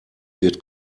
wird